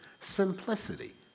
simplicity